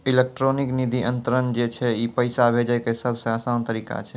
electronic निधि अन्तरन जे छै ई पैसा भेजै के सभ से असान तरिका छै